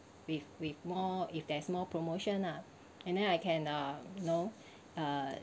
with with more if there's more promotion lah and then I can uh you know uh